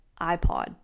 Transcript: iPod